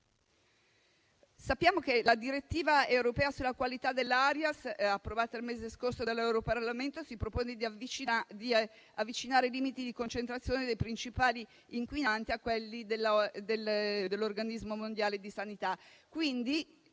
Sappiamo che la direttiva europea sulla qualità dell'aria approvata il mese scorso dal Parlamento europeo si propone di avvicinare i limiti di concentrazione dei principali inquinanti a quelli previsti dall'Organizzazione mondiale della sanità,